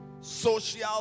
Social